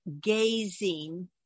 gazing